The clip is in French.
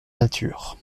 nature